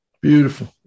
Beautiful